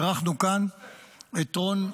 אירחנו כאן את רון --- שוסטר,